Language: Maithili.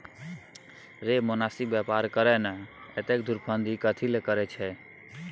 रे मोनासिब बेपार करे ना, एतेक धुरफंदी कथी लेल करय छैं?